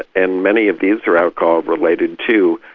and many of these are alcohol-related too,